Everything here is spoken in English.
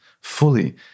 fully